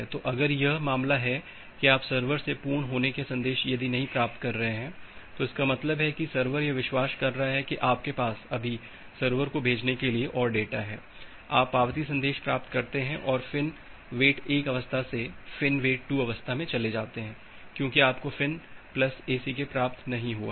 तो अगर यह मामला है कि आप सर्वर से पूर्ण होने का संदेश यदि नहीं प्राप्त कर रहे हैं तो इसका मतलब है कि सर्वर यह विश्वास कर रहा है कि आपके पास अभी सर्वर को भेजने के लिए और डेटा है आप पावती सन्देश प्राप्त करते हैं और फ़िन् वेट 1 अवस्था से फ़िन् वेट 2 अवस्था में चले जाते हैं क्यूंकि आपको फ़िन् प्लस ACK प्राप्त नहीं हुआ है